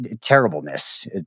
terribleness